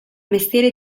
mestiere